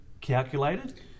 calculated